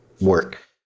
work